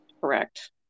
correct